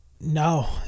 no